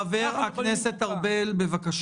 חבר הכנסת ארבל, בבקשה.